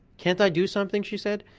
can't i do something? she said.